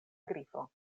grifo